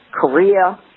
Korea